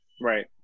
Right